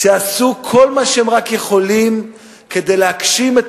שעשו כל מה שהם רק יכולים כדי להגשים את